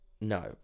no